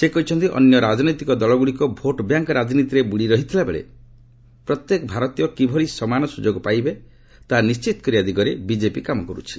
ସେ କହିଛନ୍ତି ଅନ୍ୟ ରାଜନୈତିକ ଦଳଗୁଡ଼ିକ ଭୋଟ୍ ବ୍ୟାଙ୍କ୍ ରାଜନୀତିରେ ବୁଡ଼ି ରହିଥିବାବେଳେ ପ୍ରତ୍ୟେକ ଭାରତୀୟ କିଭଳି ସମାନ ସୁଯୋଗ ପାଇବେ ତାହା ନିଣ୍ଢିତ କରିବା ଦିଗରେ ବିକେପି କାମ କରୁଛି